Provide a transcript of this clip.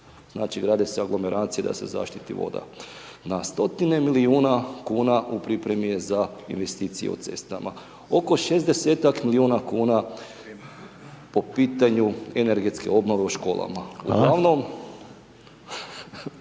znači, grade se aglomeracije da se zaštiti voda. Na stotine milijuna kuna u pripremi je za investicije o cestama, oko 60-tak milijuna kuna po pitanju energetske obnove u školama…/Upadica: